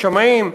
שמאים,